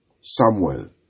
Samuel